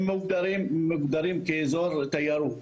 הם מוגדרים כאזור תיירות.